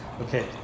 Okay